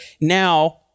now